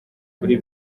kuri